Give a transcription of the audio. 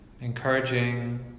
Encouraging